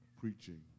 preaching